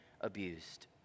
abused